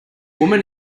woman